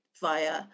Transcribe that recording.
via